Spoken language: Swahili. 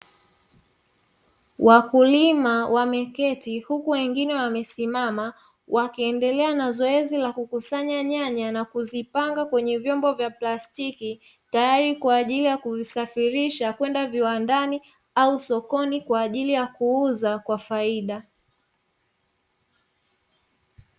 Wakulima wameketi huku wengine wamesimama, wakiendelea na zoezi la kukusanya nyanya, na kuzipanga kwenye vyombo vya plastiki, tayari kwa ajili ya kuzisafirisha kwenda viwandani au sokoni, kwa ajili ya kuuza kwa faida.